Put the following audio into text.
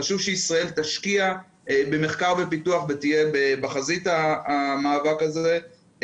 חשוב שישראל תשקיע במחקר ופיתוח ותהיה בחזית המאבק הזה.